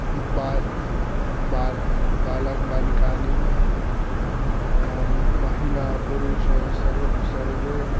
बा बा बालकः बालिकाः महिलाः पुरुषः सर्वः सर्वे